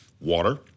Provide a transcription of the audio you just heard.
water